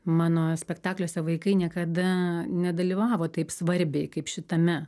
mano spektakliuose vaikai niekada nedalyvavo taip svarbiai kaip šitame